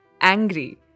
Angry